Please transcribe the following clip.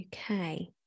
Okay